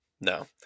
No